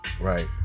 right